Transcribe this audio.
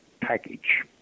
package